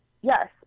yes